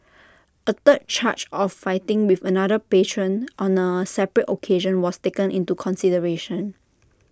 A third charge of fighting with another patron on A separate occasion was taken into consideration